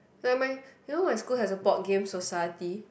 never mind you know my school has a board game society